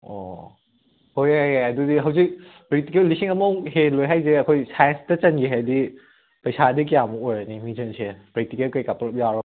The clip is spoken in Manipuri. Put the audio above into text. ꯑꯣ ꯑꯣ ꯑꯣ ꯍꯣꯏ ꯌꯥꯏ ꯌꯥꯏ ꯑꯗꯨꯗꯤ ꯍꯧꯖꯤꯛ ꯄ꯭ꯔꯦꯛꯇꯤꯀꯦꯜ ꯂꯤꯁꯤꯡ ꯑꯃꯃꯨꯛ ꯍꯦꯜꯂꯦ ꯍꯥꯏꯁꯦ ꯑꯩꯈꯣꯏ ꯁꯥꯏꯟꯁꯇ ꯆꯟꯒꯦ ꯍꯥꯏꯔꯗꯤ ꯄꯩꯁꯥꯗꯤ ꯀꯌꯥꯃꯨꯛ ꯑꯣꯏꯔꯅꯤ ꯃꯤꯡꯖꯟꯁꯦꯜ ꯄ꯭ꯔꯦꯛꯇꯤꯀꯦꯜ ꯀꯩꯀꯥ ꯄꯨꯜꯂꯞ ꯌꯥꯎꯔ